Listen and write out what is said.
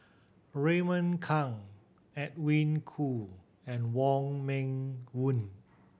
Raymond Kang Edwin Koo and Wong Meng Voon